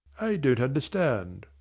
i don't understand